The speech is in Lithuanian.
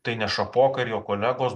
tai ne šapoka ir jo kolegos